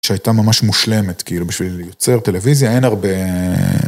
שהייתה ממש מושלמת כאילו, בשביל יוצר טלוויזיה, אין הרבה...